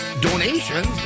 donations